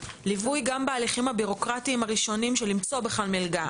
ליווי בהליכים הבירוקרטים של מציאת מלגה,